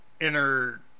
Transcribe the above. inner